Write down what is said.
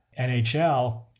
NHL